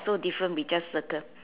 so different we just circle